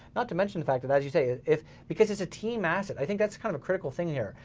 not to mention the fact that as you say, if, because it's a team asset, i think that's kind of a critical thing here,